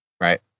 Right